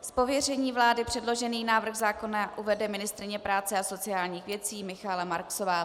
Z pověření vlády předložený návrh zákona uvede ministryně práce a sociálních věcí Michaela Marksová.